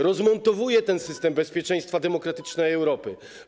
Rozmontowuje system bezpieczeństwa demokratycznej Europy.